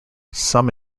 some